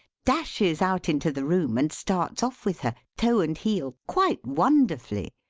dashes out into the room, and starts off with her, toe and heel, quite wonderfully.